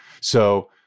So-